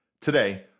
Today